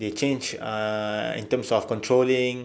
they changed ah in terms of controlling